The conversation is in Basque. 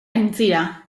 aintzira